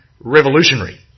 revolutionary